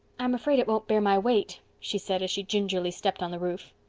i'm afraid it won't bear my weight, she said as she gingerly stepped on the roof.